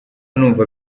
numva